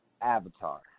Avatar